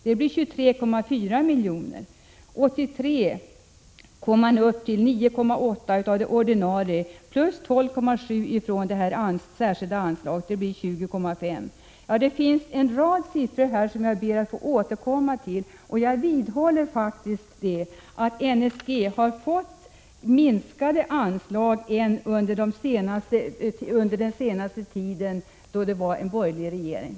Det blir 23,4 miljoner. 1983 kom man upp till 9,8 miljoner av det ordinarie anslaget plus 12,7 miljoner från det särskilda anslaget. Det blir 20,5 miljoner. Det finns en rad siffror som jag ber att få återkomma till. Jag vidhåller att NSG har fått minskade anslag jämfört med den tid då det var en borgerlig regering.